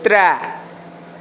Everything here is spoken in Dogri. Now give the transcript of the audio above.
त्रैऽ